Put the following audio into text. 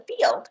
field